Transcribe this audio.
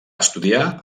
estudiar